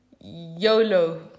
YOLO